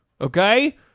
okay